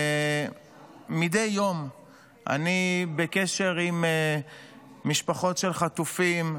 מדי יום אני בקשר עם משפחות של חטופים,